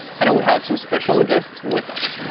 and we have some special guests with us.